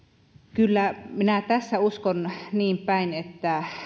kyllä minä tässä uskon niin päin